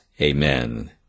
Amen